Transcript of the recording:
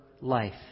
life